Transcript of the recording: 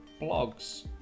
blogs